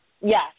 Yes